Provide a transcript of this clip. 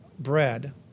bread